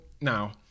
now